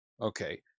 Okay